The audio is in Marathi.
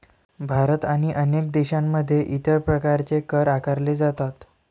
भारत आणि अनेक देशांमध्ये इतर प्रकारचे कर आकारले जातात